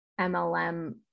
MLM